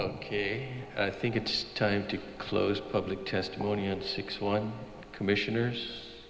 ok i think it's time to close public testimony at six one commissioners